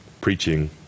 preaching